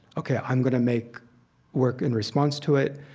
okay, i'm going to make work in response to it,